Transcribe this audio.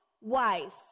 wife